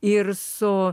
ir su